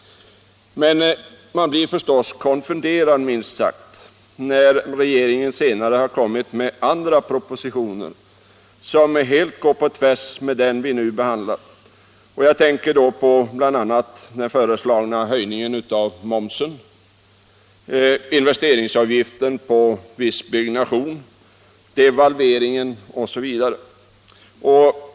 Men man blir förstås konfunderad, minst sagt, när regeringen senare har kommit med andra propositioner som helt går på tvärs med den som vi nu behandlar. Jag tänker bl.a. på den föreslagna höjningen av momsen, investeringsavgiften på vissa byggnadsprojekt, devalveringen OSV.